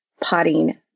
potting